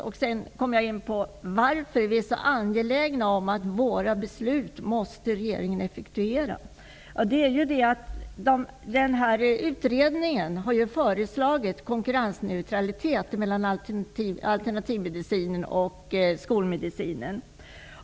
Sedan skall jag komma in på varför vi är så angelägna om att regeringen måste effektuera riksdagens beslut. Utredningen har lagt fram förslag om att tillämpa konkurrensneutralitet mellan alternativmedicin och skolmedicin.